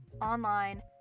online